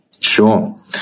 Sure